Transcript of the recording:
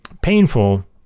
painful